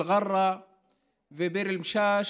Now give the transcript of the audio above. אל-ע'רה וביר אל-משאש,